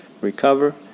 recover